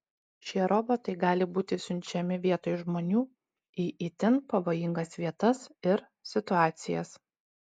šie robotai gali būti siunčiami vietoj žmonių į itin pavojingas vietas ir situacijas